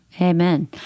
Amen